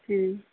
ٹھیٖک